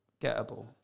gettable